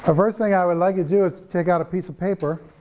first thing i would like you to do is take out a piece of paper.